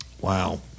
Wow